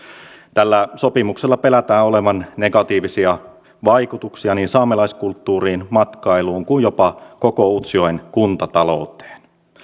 tällä sopimuksella pelätään olevan negatiivisia vaikutuksia niin saamelaiskulttuuriin matkailuun kuin jopa koko utsjoen kuntatalouteen